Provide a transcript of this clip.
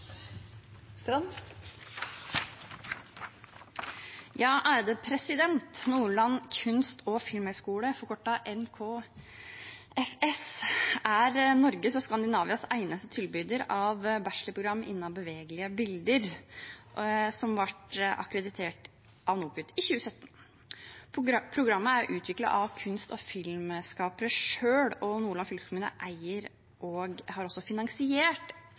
Norges og Skandinavias eneste tilbyder av bachelorprogram innenfor bevegelige bilder, som ble akkreditert av NOKUT i 2017. Programmet er utviklet av kunst- og filmskapere selv og Nordland fylkeskommune eier og har også finansiert